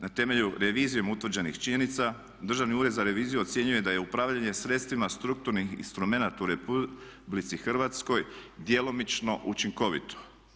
Na temelju revizijom utvrđenih činjenica Državni ured za reviziju ocjenjuje da je upravljanje sredstvima strukturnih instrumenata u RH djelomično učinkovito.